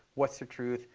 what's the truth?